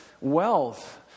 wealth